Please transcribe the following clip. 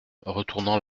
retournant